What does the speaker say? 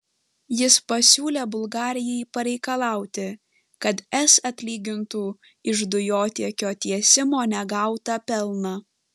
jis pasiūlė bulgarijai pareikalauti kad es atlygintų iš dujotiekio tiesimo negautą pelną